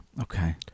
Okay